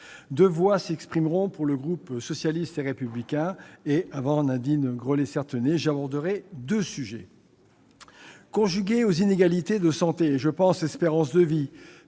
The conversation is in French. Deux voix s'exprimeront pour le groupe socialiste et républicain et, avant Nadine Grelet-Certenais, j'aborderai deux sujets. Conjuguée aux inégalités de santé- espérance de vie,